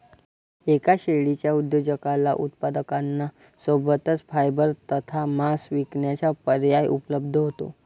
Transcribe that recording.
एका शेळीच्या उद्योजकाला उत्पादकांना सोबतच फायबर तथा मांस विकण्याचा पर्याय उपलब्ध होतो